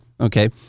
Okay